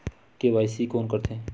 KYC कोन करथे?